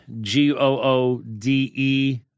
G-O-O-D-E